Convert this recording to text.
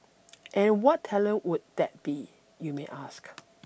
and what talent would that be you may ask